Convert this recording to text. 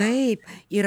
taip ir